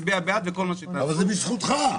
אבל זה בזכותך,